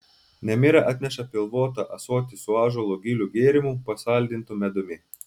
nemira atneša pilvotą ąsotį su ąžuolo gilių gėrimu pasaldintu medumi